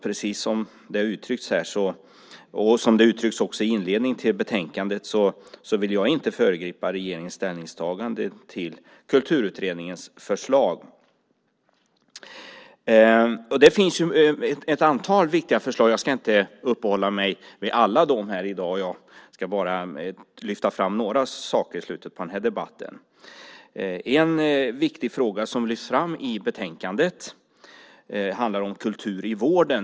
Precis som det har uttryckts här och som det uttrycks i inledningen till betänkandet vill inte heller jag föregripa regeringens ställningstagande avseende Kulturutredningens förslag. Det finns ett antal viktiga förslag här. Jag ska inte uppehålla mig vid alla dem i dag, jag vill bara lyfta fram några saker i slutet på debatten. En viktig fråga som lyfts fram i betänkandet handlar om kultur i vården.